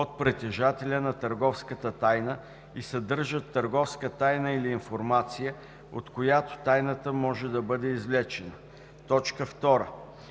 от притежателя на търговската тайна и съдържат търговска тайна или информация, от която тайната може да бъде извлечена; 2.